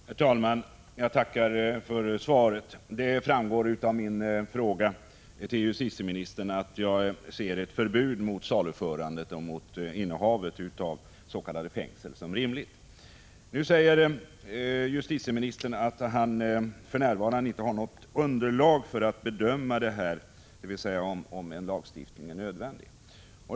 Herr talman! Jag tackar för svaret. I det framgår av min fråga till justitieministern att jag ser ett förbud mot saluförandet och mot innehavet av s.k. fängsel som rimligt. Nu säger justitieministern att han för närvarande inte har något underlag för att bedöma om en lagstiftning är nödvändig.